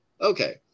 okay